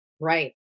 Right